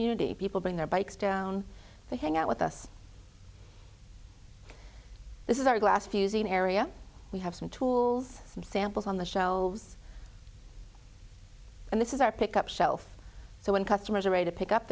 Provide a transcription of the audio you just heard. community people bring their bikes down they hang out with us this is our glass fusing area we have some tools and samples on the shelves and this is our pick up shelf so when customers are a to pick up